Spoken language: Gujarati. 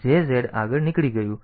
તેથી JZ આગળ નીકળી ગયું